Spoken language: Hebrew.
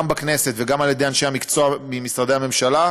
גם בכנסת וגם על ידי אנשי המקצוע ממשרדי הממשלה,